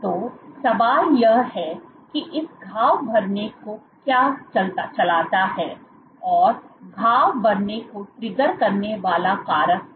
तो सवाल यह है कि इस घाव भरने को क्या चलाता है और घाव भरने को ट्रिगर करने वाले कारक क्या हैं